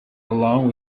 along